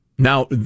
Now